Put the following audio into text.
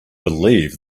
believe